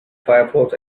firefox